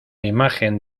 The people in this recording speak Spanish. imagen